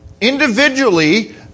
individually